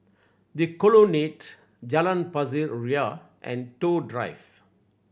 The Colonnade Jalan Pasir Ria and Toh Drive